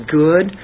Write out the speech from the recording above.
good